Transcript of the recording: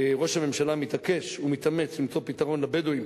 שראש הממשלה מתעקש ומתאמץ למצוא פתרון לבדואים